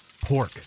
Pork